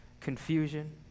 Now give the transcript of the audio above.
Confusion